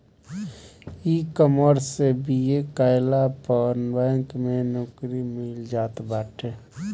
ecommerce से BA करला पअ बैंक में नोकरी मिल जात बाटे